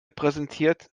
präsentiert